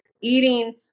eating